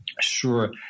Sure